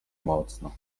mocno